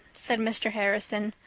said mr. harrison,